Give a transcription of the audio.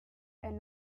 and